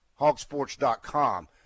hogsports.com